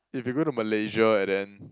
if you go to Malaysia and then